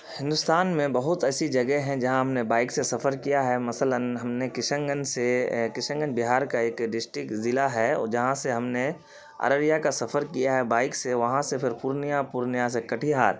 ہندوستان میں بہت ایسی جگہ ہیں جہاں ہم نے بائک سے سفر کیا ہے مثلاً ہم نے کشن گنج سے کشن گنج بہار کا ایک ڈسٹک ضلع ہے جہاں سے ہم نے ارریہ کا سفر کیا ہے بائک سے وہاں سے فر پورنیا پورنیا سے کٹیہار